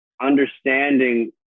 understanding